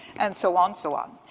and so on, so on.